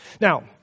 Now